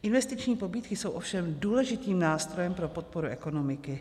Investiční pobídky jsou ovšem důležitým nástrojem pro podporu ekonomiky.